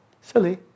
Silly